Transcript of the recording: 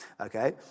Okay